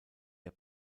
der